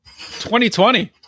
2020